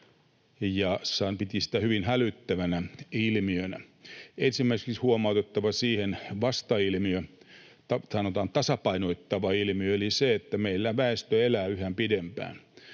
Hän piti sitä hyvin hälyttävänä ilmiönä. Ensimmäiseksi on huomautettava, että siihen on vastailmiö tai, sanotaan, tasapainottava ilmiö eli se, että meillä väestö elää yhä pidempään.